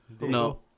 No